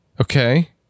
okay